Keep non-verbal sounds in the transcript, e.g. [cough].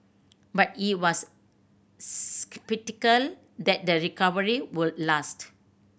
but he was [unintelligible] sceptical that the recovery would last